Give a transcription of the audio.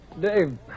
Dave